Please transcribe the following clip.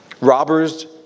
Robbers